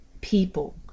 people